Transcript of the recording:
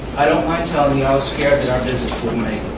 i don't mind telling you i was scared that our business wouldn't make